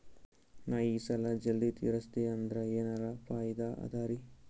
ನಾ ಈ ಸಾಲಾ ಜಲ್ದಿ ತಿರಸ್ದೆ ಅಂದ್ರ ಎನರ ಫಾಯಿದಾ ಅದರಿ?